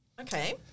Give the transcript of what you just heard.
Okay